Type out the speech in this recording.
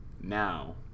now